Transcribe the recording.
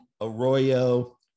Arroyo